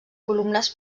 columnes